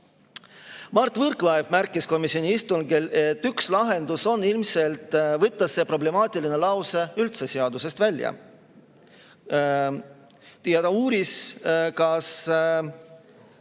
Mart Võrklaev märkis komisjoni istungil, et üks lahendus on ilmselt võtta see problemaatiline lause üldse seadusest välja, ja ta uuris, kas